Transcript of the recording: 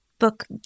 book